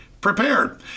prepared